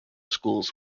schools